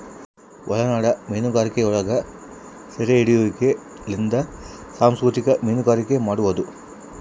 ಒಳನಾಡ ಮೀನುಗಾರಿಕೆಯೊಳಗ ಸೆರೆಹಿಡಿಯುವಿಕೆಲಿಂದ ಸಂಸ್ಕೃತಿಕ ಮೀನುಗಾರಿಕೆ ಮಾಡುವದು